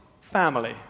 family